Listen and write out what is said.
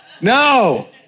no